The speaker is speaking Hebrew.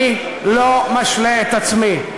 אני לא משלה את עצמי.